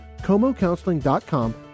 comocounseling.com